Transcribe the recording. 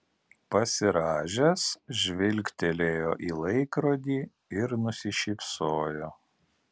pasirąžęs žvilgtelėjo į laikrodį ir nusišypsojo